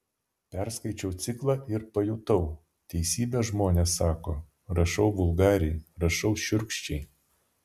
perskaičiau ciklą ir pajutau teisybę žmonės sako rašau vulgariai rašau šiurkščiai